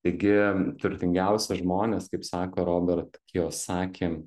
taigi turtingiausi žmonės kaip sako robert kiosaki